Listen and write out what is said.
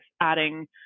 adding